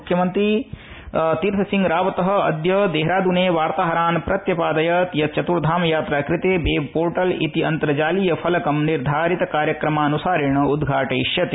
मुख्यमंत्री तीर्थसिंह रावत अद्य देहरादूने वार्ताहरान् प्रत्यपादयत् यत् चतुर्धाम यात्रा कृते वेब पोर्टल इति अन्तर्जालीय फलकं निर्धारित कार्यक्रमानुसारेण उद्घाटयिष्यते